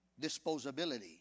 disposability